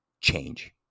change